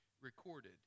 recorded